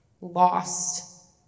lost